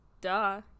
Duh